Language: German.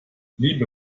liebe